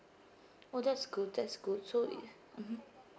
oh that's good that's good so it mmhmm